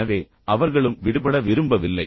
எனவே அவர்களும் விடுபட விரும்பவில்லை